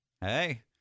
Hey